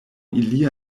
ilia